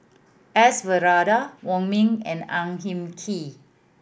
S Varathan Wong Ming and Ang Hin Kee